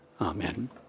Amen